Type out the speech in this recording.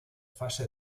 fase